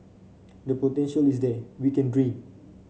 the potential is there we can dream